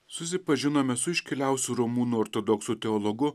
susipažinome su iškiliausiu rumunų ortodoksų teologu